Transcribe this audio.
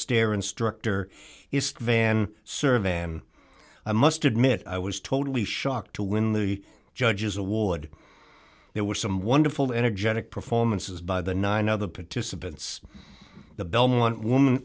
astaire instructor is van serve and a must admit i was totally shocked to win the judges award there were some wonderful energetic performances by the nine other participants the belmont wom